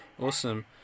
Awesome